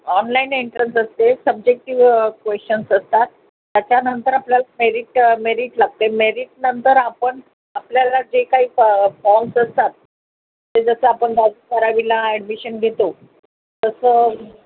online entrance असते subjective questions असतात त्याच्यानंतर आपल्याला मेरिट मेरिट लागते मेरीटनंतर आपण आपल्याला जे काही फॉर्म्स असतात ते जसं आपण बारावीला ॲडमिशन घेतो तसं